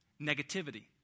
negativity